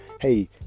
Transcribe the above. hey